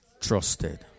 trusted